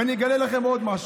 אגלה לכם עוד משהו: